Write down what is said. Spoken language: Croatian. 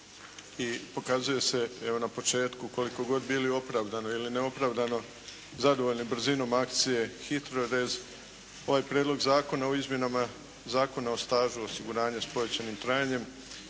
i pokazuje se evo na početku koliko god bilo opravdano ili neopravdano zadovoljni brzinom akcije HITRORez ovaj Prijedlog zakona o Izmjenama zakona o stažu osiguranje sa pojačanim trajanjem,